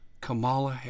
Kamala